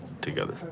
together